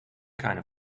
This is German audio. keine